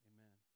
Amen